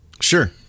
Sure